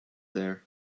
there